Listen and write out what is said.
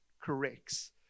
corrects